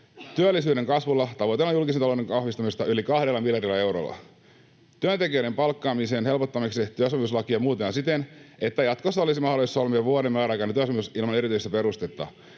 Työllisyyden kasvulla tavoitellaan julkisen talouden vahvistamista yli kahdella miljardilla eurolla. Työntekijöiden palkkaamisen helpottamiseksi työsopimuslakia muutetaan siten, että jatkossa olisi mahdollisuus solmia vuoden määräaikainen työsopimus ilman erityistä perustetta.